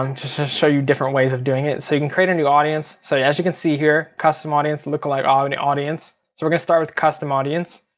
um just to show you different ways of doing it. so you can create a new audience. so as you can see here, custom audience, lookalike ah and audience. so we're gonna start with custom audience.